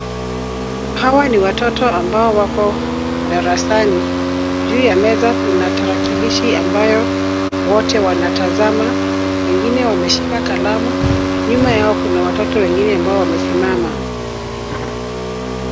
Hawa ni watoto ambao wako darasani. Juu ya meza kuna tarakilishi ambayo wote wanatazama. Wengine wameshika kalamu. Nyuma yao kuna watoto wengine ambao wamesimama.